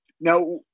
now